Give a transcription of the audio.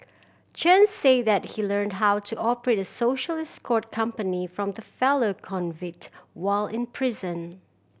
Chen said that he learned how to operate a social escort company from the fellow convict while in prison